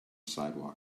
sidewalk